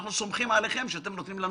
אנחנו סומכים עליכם שאתם נותנים לנו